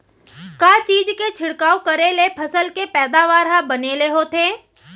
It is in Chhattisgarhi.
का चीज के छिड़काव करें ले फसल के पैदावार ह बने ले होथे?